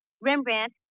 Rembrandt